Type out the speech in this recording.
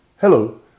Hello